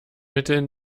mitteln